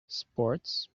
sports